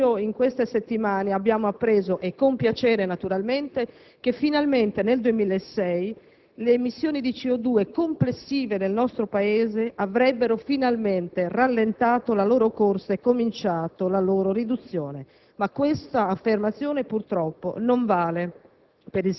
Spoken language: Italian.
Proprio in questa settimana abbiamo appreso, e con piacere, naturalmente, che finalmente nel 2006 le emissioni di CO2 complessive del nostro Paese avrebbero finalmente rallentato la loro corsa e cominciato la loro riduzione, ma questa affermazione purtroppo non vale